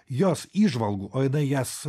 jos įžvalgų o jinai jas